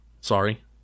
Sorry